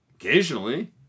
Occasionally